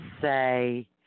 say